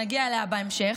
שנגיע אליה בהמשך,